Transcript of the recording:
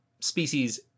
species